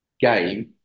game